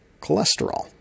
cholesterol